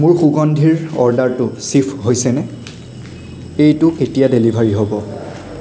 মোৰ সুগন্ধিৰ অৰ্ডাৰটো শ্বিপ হৈছেনে এইটো কেতিয়া ডেলিভাৰী হ'ব